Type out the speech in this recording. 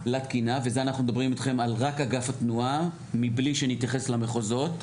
וזה אנחנו מדברים איתכם על רק אגף התנועה מבלי שנתייחס למחוזות.